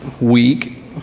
week